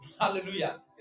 Hallelujah